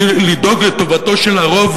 היא לדאוג לטובתו של הרוב,